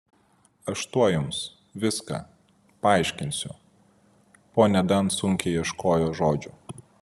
aš tuoj jums viską paaiškinsiu ponia dan sunkiai ieškojo žodžių